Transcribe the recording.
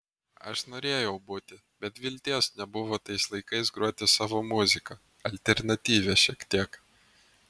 aš norėjau būti bet vilties nebuvo tais laikais groti savo muziką alternatyvią šiek tiek